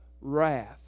wrath